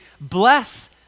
bless